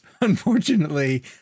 unfortunately